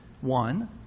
One